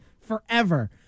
forever